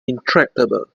intractable